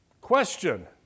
Question